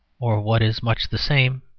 or what is much the same,